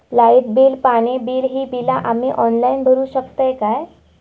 Light bill, पाणी bill, ही बिला आम्ही ऑनलाइन भरू शकतय का?